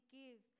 give